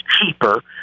cheaper